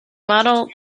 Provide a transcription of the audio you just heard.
model